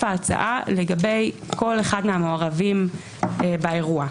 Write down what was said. ההצעה לגבי כל אחד מהמעורבים באירוע.